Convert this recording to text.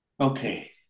okay